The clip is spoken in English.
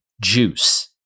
juice